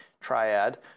triad